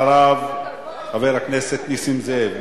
אחריו, חבר הכנסת נסים זאב.